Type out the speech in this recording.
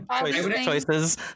choices